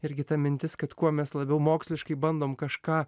irgi ta mintis kad kuo mes labiau moksliškai bandom kažką